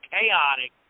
chaotic